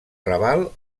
raval